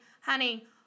honey